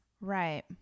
Right